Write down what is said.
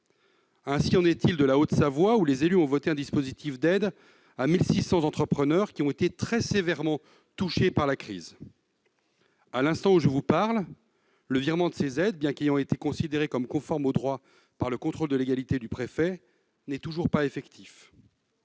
Ainsi en est-il en Haute-Savoie, où les élus ont voté un dispositif d'aide à 1 600 entrepreneurs qui ont été très sévèrement touchés par la crise. À l'instant où je vous parle, le virement de ces aides, bien que celles-ci aient été considérées comme conformes au droit au terme du contrôle de légalité du préfet, n'est toujours pas effectif.